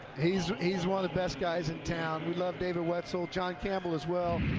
he's he's one of the best guys in town. we love david wetzel, john campbell as well.